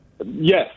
Yes